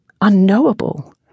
Unknowable